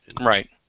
right